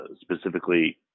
specifically